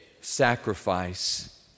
sacrifice